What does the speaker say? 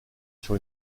sur